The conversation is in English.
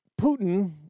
Putin